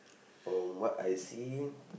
from what I see